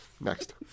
next